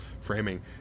framing